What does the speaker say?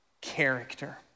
character